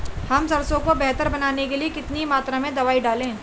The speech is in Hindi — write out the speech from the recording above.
हम सरसों को बेहतर बनाने के लिए कितनी मात्रा में दवाई डालें?